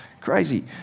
crazy